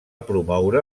promoure